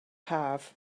haf